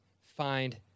find